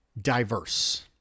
diverse